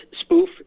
spoof